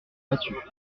battues